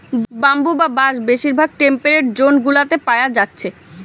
bamboo বা বাঁশ বেশিরভাগ টেম্পেরেট জোন গুলাতে পায়া যাচ্ছে